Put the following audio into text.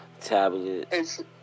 Tablet